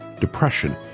depression